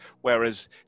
whereas